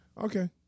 Okay